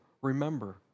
Remember